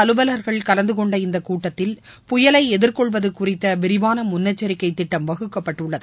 அலுவலர்கள் கலந்துகொண்ட கூட்டத்தில் உயர் இந்தக் புயலைஎதிர்கொள்வதுகுறித்தவிரிவானமுன்னெச்சரிக்கைதிட்டம் வகுக்கப்பட்டுள்ளது